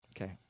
Okay